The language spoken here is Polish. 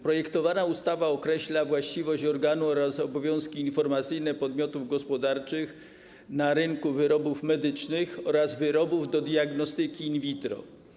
Projektowana ustawa określa właściwość organów oraz obowiązki informacyjne podmiotów gospodarczych na rynku wyrobów medycznych oraz wyrobów do diagnostyki in vitro.